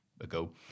ago